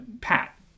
Pat